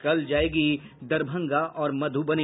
कल जायेगी दरभंगा और मध्यबनी